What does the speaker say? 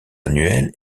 annuelle